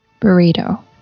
Burrito